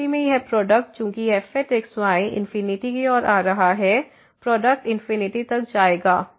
उस स्थिति में यह प्रोडक्ट चूंकि fx y इनफिनिटी की ओर आ रहा है प्रोडक्ट इनफिनिटी तक जाएगा